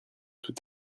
tout